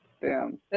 Boom